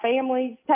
families